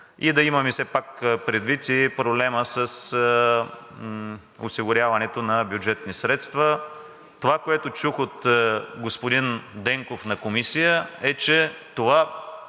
и да имаме все пак предвид проблема с осигуряването на бюджетни средства. Това, което чух от господин Денков на Комисия, е, че това